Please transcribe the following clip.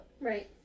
Right